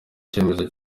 icyemezo